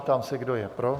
Ptám se, kdo je pro.